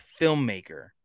filmmaker